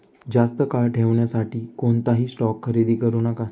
जास्त काळ ठेवण्यासाठी कोणताही स्टॉक खरेदी करू नका